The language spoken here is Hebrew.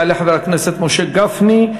יעלה חבר הכנסת משה גפני,